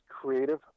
creative